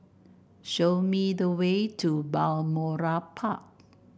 show me the way to Balmoral Park